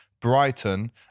Brighton